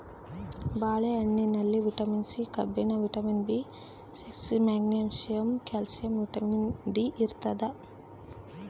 ಬಾಳೆ ಹಣ್ಣಿನಲ್ಲಿ vitamin C ಕಬ್ಬಿಣ vitamin B six magnesium calcium vitamin D ಇರ್ತಾದ